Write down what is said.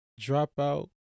dropout